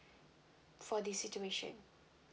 for this situation